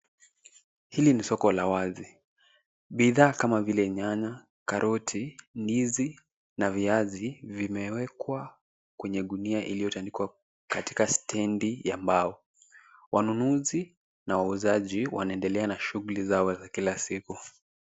Hili ni soko la wazi. BIdhaa kama vile nyanya, karoti, ndizi na viazi vimewekwa kwenye gunia iliyotandikwa katika stendi ya mbao. Wanunuzi na wauzaji wanaendelea na shuguli zao za kila siku.